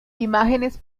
imágenes